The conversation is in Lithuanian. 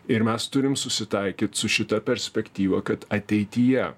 ir mes turim susitaikyt su šita perspektyva kad ateityje